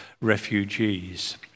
refugees